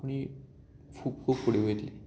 कोंकणी खूब खूब फुडें वयतली